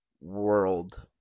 world